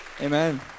amen